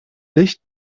licht